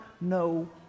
no